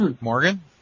Morgan